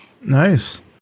Nice